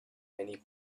many